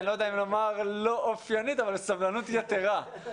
אני לא יודע אם לומר לא אופיינית אבל בסבלנות יתרה.